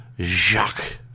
Jacques